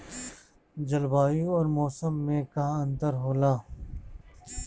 जलवायु और मौसम में का अंतर होला?